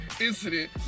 incident